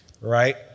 right